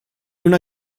una